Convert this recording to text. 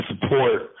support